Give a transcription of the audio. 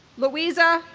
luisa